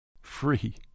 free